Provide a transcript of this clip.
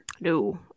No